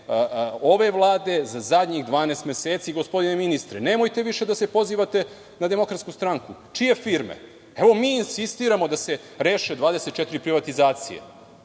ove Vlade, zadnjih 12 meseci gospodine ministre. Nemojte više da se pozivate na Demokratsku stranku. Čije firme? Evo mi insistiramo da se reše 24 privatizacije.